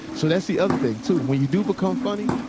so that's the other thing, too. when you do become funny,